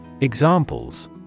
Examples